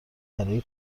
برای